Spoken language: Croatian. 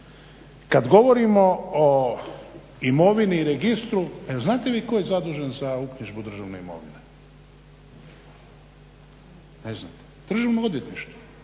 kad govorimo o imovini i registru pa jel' znate vi tko je zadužen za uknjižbu državne imovine? Ne znate. Državno odvjetništvo.